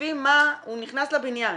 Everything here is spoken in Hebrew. הוא נכנס לבניין,